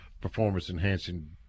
performance-enhancing